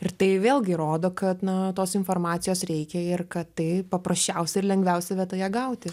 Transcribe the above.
ir tai vėlgi rodo kad na tos informacijos reikia ir kad tai paprasčiausia ir lengviausia vieta ją gauti